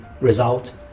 result